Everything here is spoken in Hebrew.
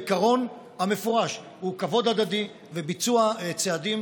העיקרון המפורש הוא כבוד הדדי וביצוע צעדים